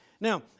Now